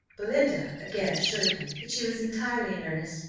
belinda again assured him that she was entirely in earnest,